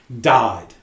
died